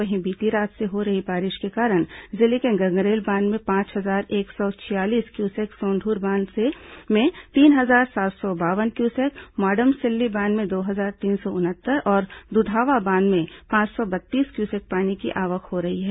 वहीं बीती रात से हो रही बारिश के कारण जिले के गंगरेल बांध में पांच हजार एक सौ छियालीस क्यूसेक सोंदूर बांध में तीन हजार सात सौ बावन क्यूसेक मॉडम सिल्ली बांध में दो हजार तीन सौ उनहत्तर और दुधावा बांध में पांच सौ बत्तीस क्यूसेक पानी की आवक हो रही है